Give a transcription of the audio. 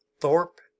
Thorpe